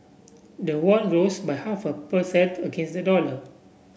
the won rose by half a per cent against the dollar